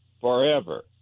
forever